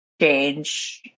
change